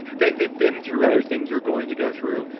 they've they've been through everything you're going to go through.